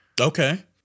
Okay